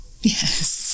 Yes